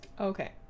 okay